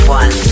one